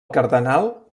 cardenal